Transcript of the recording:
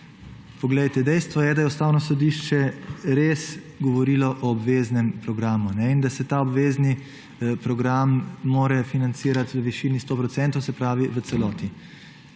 Poglejte, dejstvo je, da je Ustavno sodišče res govorilo o obveznem programu in da se ta obvezni program mora financirati v višini 100 %, se pravi v celoti.